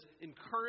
Encourage